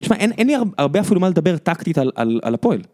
תשמע, אין לי הרבה אפילו מה לדבר טקטית על הפועל